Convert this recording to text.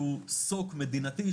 שהוא סוק מדינתי,